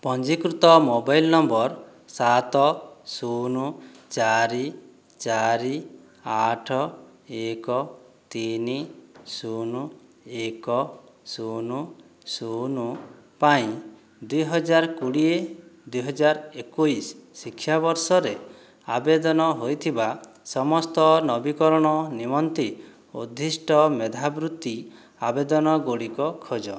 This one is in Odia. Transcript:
ପଞ୍ଜୀକୃତ ମୋବାଇଲ ନମ୍ବର ସାତ ଶୂନ ଚାରି ଚାରି ଆଠ ଏକ ତିନି ଶୂନ ଏକ ଶୂନ ଶୂନ ପାଇଁ ଦୁଇହଜାର କୋଡ଼ିଏ ଦୁଇହଜାର ଏକୋଇଶ ଶିକ୍ଷାବର୍ଷରେ ଆବେଦନ ହୋଇଥିବା ସମସ୍ତ ନବୀକରଣ ନିମନ୍ତେ ଉଦ୍ଦିଷ୍ଟ ମେଧାବୃତ୍ତି ଆବେଦନ ଗୁଡ଼ିକ ଖୋଜ